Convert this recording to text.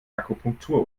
akupunktur